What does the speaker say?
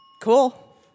Cool